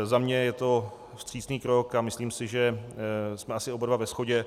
Za mě je to vstřícný krok a myslím si, že jsme asi oba dva ve shodě.